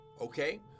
Okay